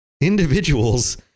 individuals